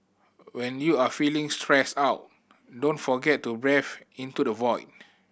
when you are feeling stressed out don't forget to breathe into the void